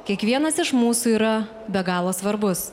kiekvienas iš mūsų yra be galo svarbus